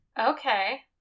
Okay